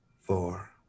four